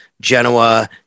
Genoa